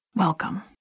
Welcome